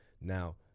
Now